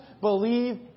Believe